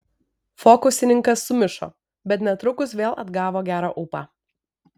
fokusininkas sumišo bet netrukus vėl atgavo gerą ūpą